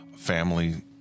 Family